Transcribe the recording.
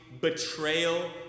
betrayal